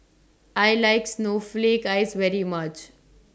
I like Snowflake Ice very much